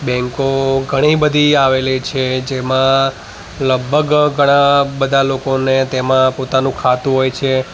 બૅંકો ઘણી બધી આવેલી છે જેમાં લગભગ ઘણા બધા લોકોને તેમાં પોતાનું ખાતું હોય છે